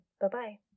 Bye-bye